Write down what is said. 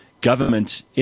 government